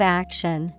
action